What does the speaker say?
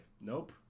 nope